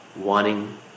wanting